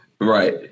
Right